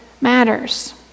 Matters